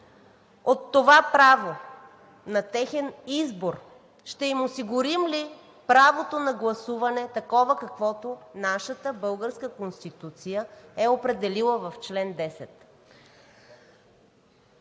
от това право на техен избор, ще им осигурим ли правото на гласуване такова, каквото нашата българска Конституция е определила в чл. 10?